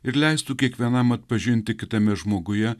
ir leistų kiekvienam atpažinti kitame žmoguje